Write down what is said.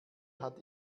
hat